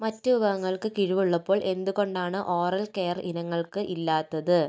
മറ്റ് വിഭാഗങ്ങൾക്ക് കിഴിവ് ഉള്ളപ്പോൾ എന്തുകൊണ്ടാണ് ഓറൽ കെയർ ഇനങ്ങൾക്ക് ഇല്ലാത്തത്